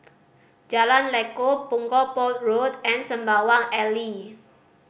Jalan Lekub Punggol Port Road and Sembawang Alley